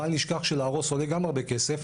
בל נשכח שלהרוס עולה גם הרבה כסף.